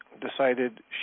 decided